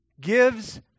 gives